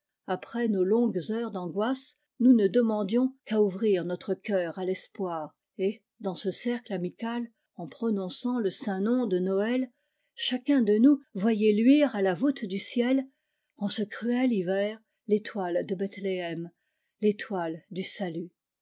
après nos longues heures d'angoisse nous ne demandions qu'à ouvrir notre cœur à l'espoir et dans ce cercle amical en prononçant le saint nom de noël chacun de nous voyait luire à la voûte du ciel en ce cruel hiver l'étoile de bethléem l'étoile du salut